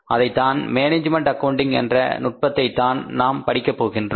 அதைத்தான் management accounting என்ற நுட்பத்தைதான் நாம் படிக்க முடியும்